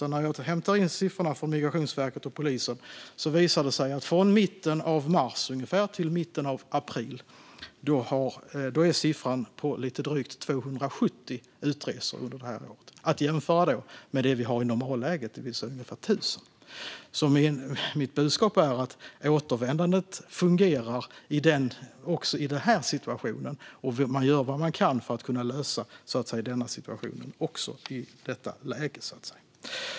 När jag hämtar in siffrorna från Migrationsverket och polisen visar det sig att siffran från mitten av mars till mitten av april, ungefär, ligger på lite drygt 270 utresor - att jämföra med normalläget, det vill säga ungefär 1 000. Mitt budskap är därför att återvändandet fungerar också i den här situationen. Man gör vad man kan för att kunna lösa situationen också i detta läge.